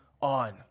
on